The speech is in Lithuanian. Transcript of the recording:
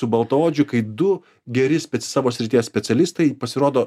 su baltaodžiu kai du geri spec savo srities specialistai pasirodo